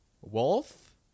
wolf